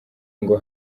ngo